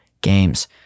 Games